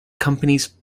companies